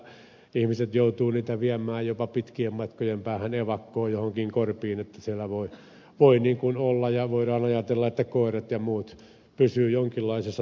ihmiset joutuvat niitä viemään jopa pitkien matkojen päähän evakkoon johonkin korpeen että siellä voi olla ja voidaan ajatella että koirat ja muut pysyvät jonkinlaisessa tolkussa